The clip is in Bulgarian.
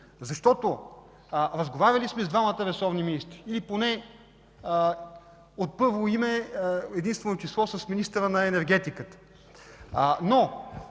Дончев. Разговаряли сме и с двамата ресорни министри, или поне от първо име, единствено число с министъра на енергетиката,